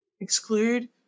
exclude